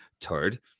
turd